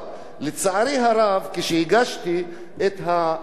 כשהגשתי את הצעת החוק,